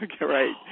Right